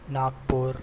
Nagpur